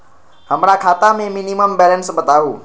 हमरा खाता में मिनिमम बैलेंस बताहु?